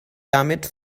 damit